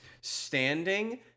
standing